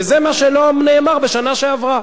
וזה מה שלא נאמר בשנה שעברה.